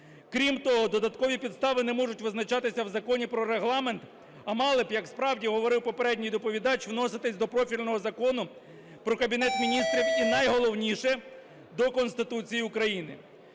Крім того, додаткові підстави не можуть визначатися в Законі про Регламент, а мали б, як справді говорив попередній доповідач, вноситись до профільного Закону про Кабінет Міністрів, і найголовніше, до Конституції України.